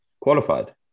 Qualified